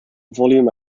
volume